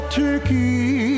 turkey